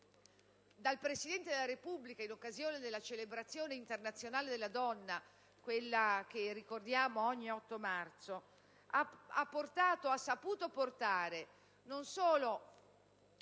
dal Presidente della Repubblica, in occasione della celebrazione internazionale della donna, quella che ricordiamo ogni 8 marzo, ha saputo portare non solo